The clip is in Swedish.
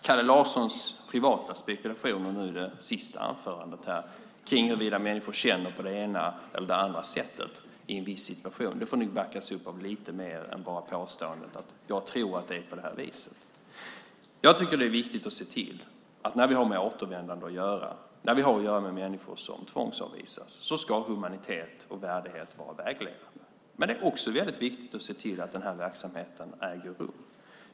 Kalle Larssons privata spekulationer i det senaste anförandet här om huruvida människor känner på det ena eller det andra sättet i en viss situation får nog backas upp av lite mer än bara påståendet att man tror att det är på det viset. Jag tycker att det är viktigt att se till att humanitet och värdighet ska vara vägledande när vi har med återvändande att göra och när vi har att göra med människor som tvångsavvisas. Men det är också viktigt att se till att verksamheten äger rum.